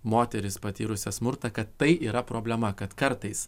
moteris patyrusias smurtą kad tai yra problema kad kartais